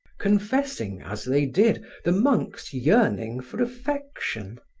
confessing as they did the monk's yearning for affection,